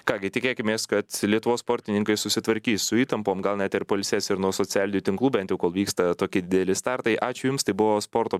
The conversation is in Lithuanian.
ką gi tikėkimės kad lietuvos sportininkai susitvarkys su įtampom gal net ir pailsės ir nuo socialinių tinklų bent jau kol vyksta tokie dideli startai ačiū jums tai buvo sporto